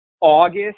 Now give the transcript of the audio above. August